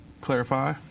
clarify